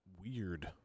weird